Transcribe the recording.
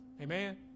Amen